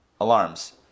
alarms